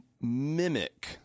mimic